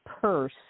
purse